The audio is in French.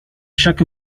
chaque